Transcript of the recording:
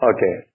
Okay